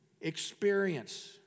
Experience